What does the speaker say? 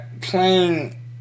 playing